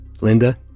Linda